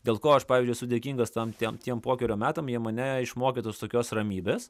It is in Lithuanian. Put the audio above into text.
dėl ko aš pavyzdžiui esu dėkingas tam tiem tiem pokerio metam jie mane išmokė tos tokios ramybės